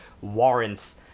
warrants